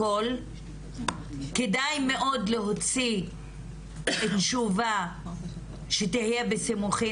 כדאי מאוד להוציא תשובה שתהיה בסימוכין